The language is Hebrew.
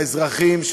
האזרחים,